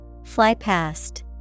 Flypast